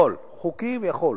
חוקית הוא יכול.